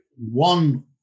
one